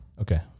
Okay